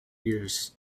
years